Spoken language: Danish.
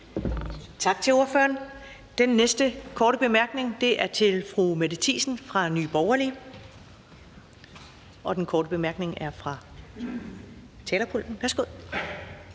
Tak til ordføreren. Den næste korte bemærkning er til fru Mette Thiesen, Nye Borgerlige. Den korte bemærkning er fra talerstolen. Værsgo.